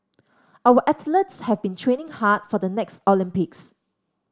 our athletes have been training hard for the next Olympics